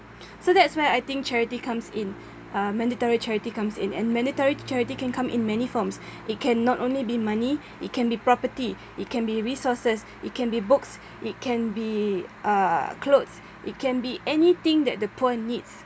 so that's why I think charity comes in uh mandatory charity comes in and mandatory charity can come in many forms it can not only be money it can be property it can be resources it can be books it can be uh clothes it can be anything that the poor needs